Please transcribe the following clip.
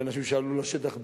באנשים שעלו לשטח ברשות,